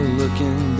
looking